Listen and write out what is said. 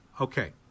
Okay